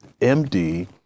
MD